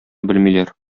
белмиләр